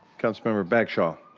council member bagshaw.